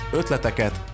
ötleteket